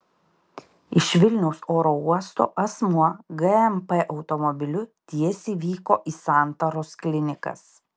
iš vilniaus oro uosto asmuo gmp automobiliu tiesiai vyko į santaros klinikas